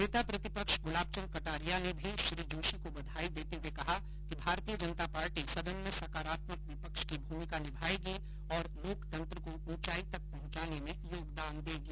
नेता प्रतिपक्ष गुलाब चंद कटारिया ने भी श्री जोषी को बधाई देते हुए कहा कि भारतीय जनता पार्टी सदन में सकारात्मक विपक्ष की भूमिका निभायेगी और लोकतंत्र को उंचाई तक पहंचाने में योगदान देगी